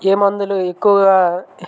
ఏ మందులు ఎక్కువగా